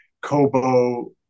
kobo